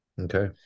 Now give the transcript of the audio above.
Okay